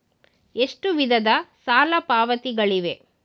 ಎಷ್ಟು ವಿಧದ ಸಾಲ ಪಾವತಿಗಳಿವೆ?